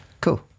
Cool